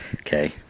Okay